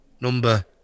number